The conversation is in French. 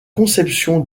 conception